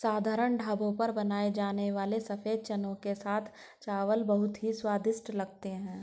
साधारण ढाबों पर बनाए जाने वाले सफेद चने के साथ चावल बहुत ही स्वादिष्ट लगते हैं